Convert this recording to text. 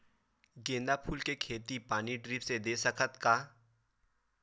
गेंदा फूल के खेती पानी ड्रिप से दे सकथ का?